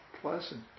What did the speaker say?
pleasant